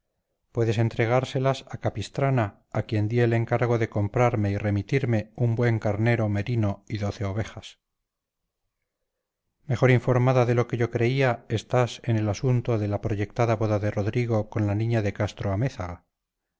puedes estregárselas a capistrana a quien di el encargo de comprarme y remitirme un buen carnero merino y doce ovejas mejor informada de lo que yo creía estás en el asunto de la proyectada boda de rodrigo con la niña de castro-amézaga